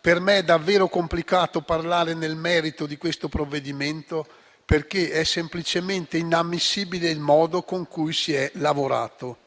per me è davvero complicato parlare nel merito di questo provvedimento, perché è semplicemente inammissibile il modo in cui si è lavorato.